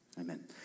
Amen